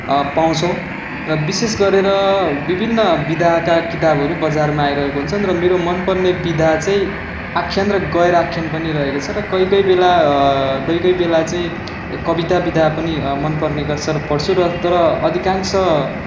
पाउँछौँ र विशेष गरेर विभिन्न विधाका किताबहरू बजारमा आइरहेको हुन्छन् र मेरो मनपर्ने विधा चाहिँ आख्यान र गैर आख्यान पनि रहेको छ र कोही कोही बेला कोही कोही बेला चाहिँ कविता विधा पनि मनपर्ने गर्छ र पढ्छु र तर अधिकांश